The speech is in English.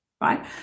right